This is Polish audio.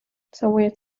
całuję